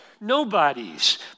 nobodies